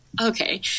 okay